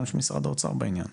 גם של משרד האוצר בעניין.